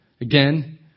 Again